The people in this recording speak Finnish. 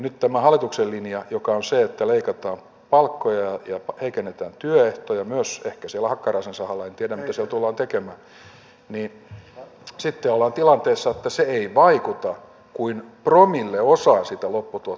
nyt tällä hallituksen linjalla joka on se että leikataan palkkoja ja heikennetään työehtoja myös ehkä siellä hakkaraisen sahalla en tiedä mitä siellä tullaan tekemään sitten ollaan tilanteessa että se ei vaikuta kuin promilleosaan siitä lopputuotteen hinnasta